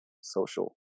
social